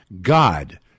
God